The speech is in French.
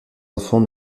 enfants